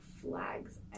flags